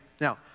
Now